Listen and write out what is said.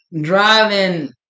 driving